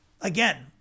again